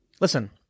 listen